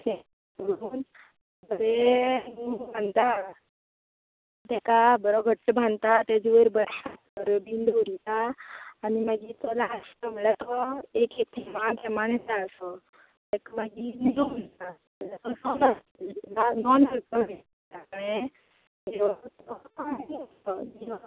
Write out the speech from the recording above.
सारकें दवरून बरें मगो बांदतात तेका बरो घट्टा बांदतात तेचे वयर बरें डिंड बरीता आनी मागीर तो लाश्ट म्हळ्यार तो एक एक थेंब थेंबा येता असो तेका मागीर निरो म्हणटात तो नॉन आल्कोलीक आसता कळें निरो तो पायांनी उस्तोवप